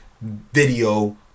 video